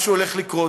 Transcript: משהו הולך לקרות.